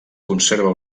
conserva